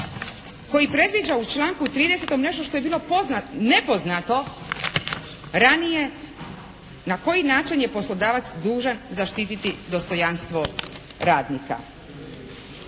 koji predviđa u članku 30. nešto što je bilo nepoznato ranije na koji način je poslodavac dužan zaštiti dostojanstvo radnika.